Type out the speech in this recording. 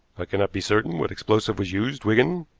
i cannot be certain what explosive was used, wigan,